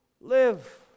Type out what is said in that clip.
live